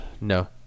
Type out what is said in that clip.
No